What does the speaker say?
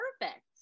perfect